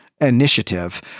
initiative